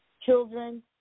children